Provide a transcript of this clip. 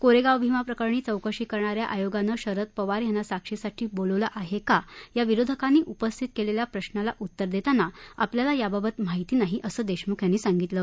कोरेगाव भिमा प्रकरणी चौकशी करणा या आयोगानं शरद पवार यांना साक्षी साठी बोलवलं आहे का या विरोधकांनी उपस्थित केलेल्या प्रश्नाला उत्तर देताना आपल्याला याबाबत माहिती नाही असं देशमुख यांनी सांगितलं